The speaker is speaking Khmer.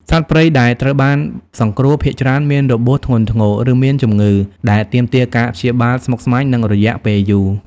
សត្វព្រៃដែលត្រូវបានសង្គ្រោះភាគច្រើនមានរបួសធ្ងន់ធ្ងរ ឬមានជំងឺ ដែលទាមទារការព្យាបាលស្មុគស្មាញ និងរយៈពេលយូរ។